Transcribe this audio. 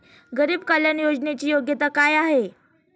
गरीब कल्याण योजनेची योग्यता काय आहे?